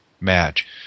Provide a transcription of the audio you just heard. match